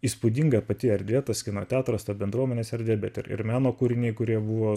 įspūdinga pati erdvė tas kino teatras ta bendruomenės erdvė bet ir meno kūriniai kurie buvo